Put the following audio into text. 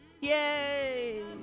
Yay